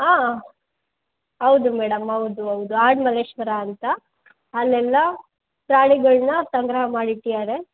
ಆಂ ಹೌದು ಮೇಡಮ್ ಹೌದು ಹೌದು ಆಡು ಮಲ್ಲೇಶ್ವರ ಅಂತ ಅಲ್ಲೆಲ್ಲ ಪ್ರಾಣಿಗಳನ್ನ ಸಂಗ್ರಹ ಮಾಡಿ ಇಟ್ಟಿದಾರೆ